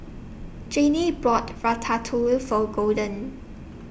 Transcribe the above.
Janay bought Ratatouille For Golden